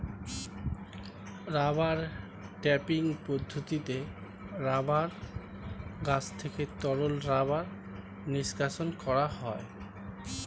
rubber tapping পদ্ধতিতে rubber গাছ থেকে তরল রাবার নিষ্কাশণ করা হয়